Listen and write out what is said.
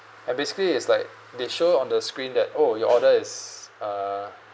and basically is like they show on the screen that oh you order is uh